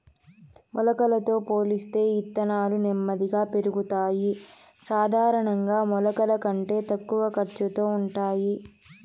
మొలకలతో పోలిస్తే ఇత్తనాలు నెమ్మదిగా పెరుగుతాయి, సాధారణంగా మొలకల కంటే తక్కువ ఖర్చుతో ఉంటాయి